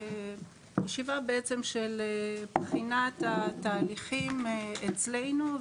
ישיבה של בחינת התהליכים אצלנו,